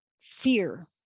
Fear